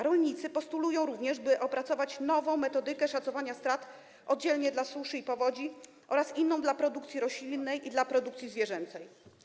Rolnicy postulują również, by opracować nową metodykę szacowania strat oddzielnie z powodu suszy i powodzi oraz inną dla produkcji roślinnej i dla produkcji zwierzęcej.